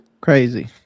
Crazy